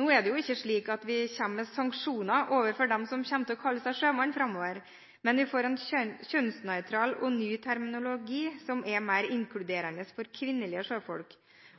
Nå er det ikke slik at vi kommer med sanksjoner overfor dem som kommer til å kalle seg sjømann framover. Vi får en kjønnsnøytral, ny terminologi som er mer inkluderende for kvinnelige sjøfolk,